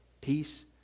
Peace